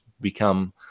become